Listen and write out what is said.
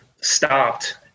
stopped